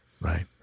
Right